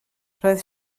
roedd